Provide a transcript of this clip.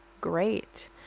great